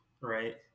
right